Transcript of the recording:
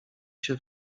się